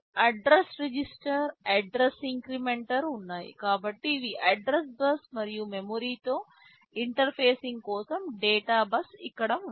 address register address incrementer ఉన్నాయి కాబట్టి ఇవి అడ్రస్ బస్ మరియు మెమరీతో ఇంటర్ఫేసింగ్ కోసం డేటా బస్ ఇక్కడ ఉంది